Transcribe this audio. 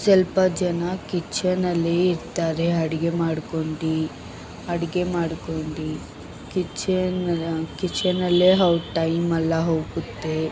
ಸ್ವಲ್ಪ ಜನ ಕಿಚನಲ್ಲೆ ಇರ್ತಾರೆ ಅಡ್ಗೆ ಮಾಡ್ಕೊಂಡು ಅಡಿಗೆ ಮಾಡ್ಕೊಂಡು ಕಿಚನ್ ಕಿಚನ್ ಅಲ್ಲೇ ಅವ್ರ್ ಟೈಮೆಲ್ಲಾ ಹೋಗುತ್ತೆ